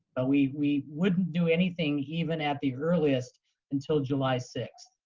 ah we we wouldn't do anything even at the earliest until july sixth.